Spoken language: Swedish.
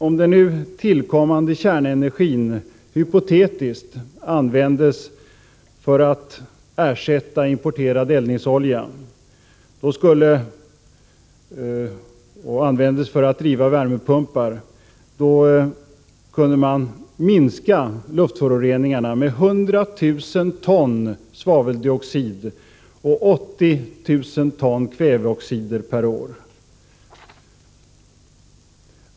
Om den nu tillkommande kärnenergin hypotetiskt användes för att ersätta importerad olja och användes för att driva värmepumpar, skulle man kunna minska luftföroreningarna med 100 000 ton svaveldioxid och 80 000 ton kväveoxider per år.